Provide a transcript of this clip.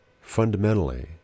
fundamentally